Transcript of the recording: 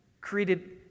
created